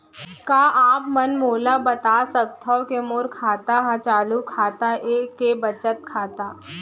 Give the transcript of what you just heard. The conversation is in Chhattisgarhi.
का आप मन मोला बता सकथव के मोर खाता ह चालू खाता ये के बचत खाता?